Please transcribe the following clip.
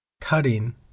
cutting